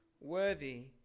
worthy